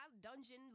dungeon